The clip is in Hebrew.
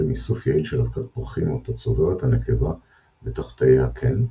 איסוף יעיל של אבקת פרחים אותה צוברת הנקבה בתוך תאי הקן,